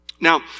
Now